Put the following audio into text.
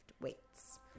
weights